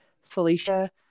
Felicia